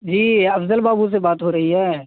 جی افضل بابو سے بات ہو رہی ہے